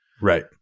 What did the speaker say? Right